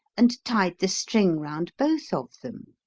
and tied the string round both of them.